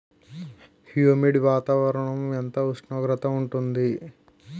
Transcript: Humid వాతావరణం ఎంత ఉష్ణోగ్రత ఉంటుంది?